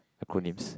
acronyms